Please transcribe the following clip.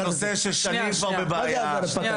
זה נושא שנמצא בבעיה כבר שנים,